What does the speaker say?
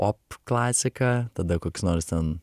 pop klasika tada koks nors ten